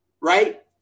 Right